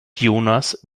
jonas